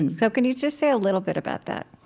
and so can you just say a little bit about that?